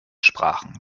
sprachen